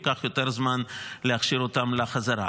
וייקח יותר זמן להכשיר אותם לחזרה.